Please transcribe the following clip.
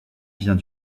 vient